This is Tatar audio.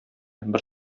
бер